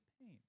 pain